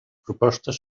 propostes